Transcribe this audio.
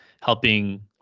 helping